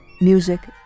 music